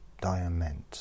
Diamond